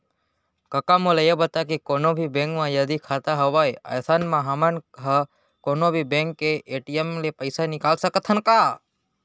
कका मोला ये बता के कोनों भी बेंक म यदि खाता हवय अइसन म हमन ह कोनों भी बेंक के ए.टी.एम ले पइसा निकाल सकत हन का?